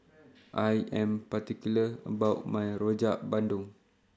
I Am particular about My Rojak Bandung